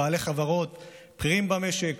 בעלי חברות בכירים במשק,